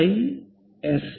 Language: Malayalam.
I S